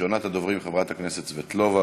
מס' 5152,